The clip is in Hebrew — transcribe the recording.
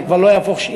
וזה כבר לא יהיה שאילתה,